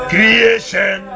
Creation